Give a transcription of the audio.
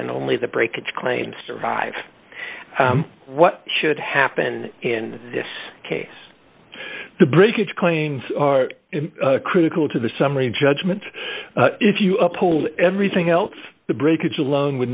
and only the breakage claims survive what should happen in this case the breakage claims are critical to the summary judgment if you uphold everything else the breakage alone would